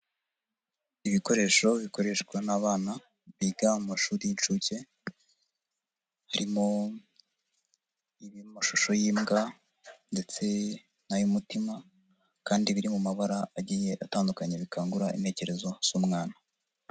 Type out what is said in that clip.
Ibikoresho bikoreshwa n'abana biga mu mashuri y'inshuke, harimo ibiri mu mashusho y'imbwa ndetse n'ay'umutima kandi biri mu mabara agiye atandukanye, bikangura intekerezo z'umwana.